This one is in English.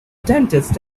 dentist